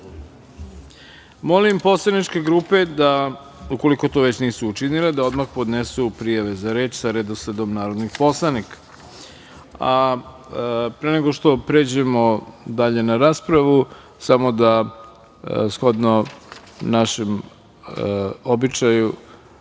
poslaničke grupe da ukoliko to već nisu učinile da odmah podnesu prijave za reč sa redosledom narodnih poslanika. Pre nego što pređemo dalje na raspravu, samo da shodno našem običaju